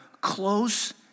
close